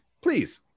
Please